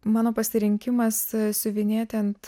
mano pasirinkimas siuvinėti ant